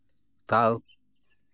ᱛᱟᱣ